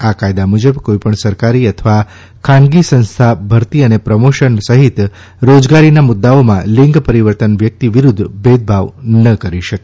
આ કાયદા મૂજબ કોઇપણ સરકારી અથવા ખાનગી સંસ્થા ભરતી અને પ્રમોશન સહિત રોજગારીના મુદ્દાઓમાં લિંગ પરિવર્તન વ્યક્તિ વિરૂદ્ધ ભેદભાવ ન કરી શકે